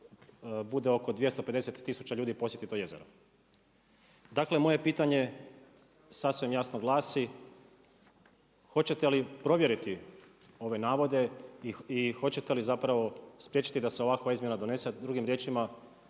bude oko 250 tisuća ljudi posjeti to jezero. Dakle, moje pitanje sasvim jasno glasi, hoćete li provjeriti ove navode i hoćete li zapravo spriječiti da se ovakva izmjena donese,